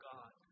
God